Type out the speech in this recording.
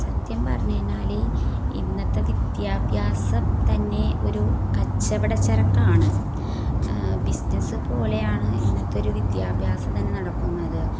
സത്യം പറഞ്ഞുകഴിഞ്ഞാൽ ഇന്നത്തെ വിദ്യാഭ്യാസം തന്നെ ഒരു കച്ചവടച്ചരക്കാണ് ബിസിനസ്സ് പോലെയാണ് ഇന്നത്തെയൊരു വിദ്യാഭ്യാസം തന്നെ നടക്കുന്നത്